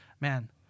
man